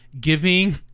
giving